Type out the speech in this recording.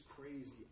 crazy